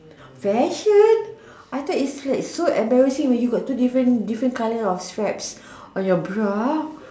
very shit I thought it's like so embarrassing when you got two different different color of straps on on your bra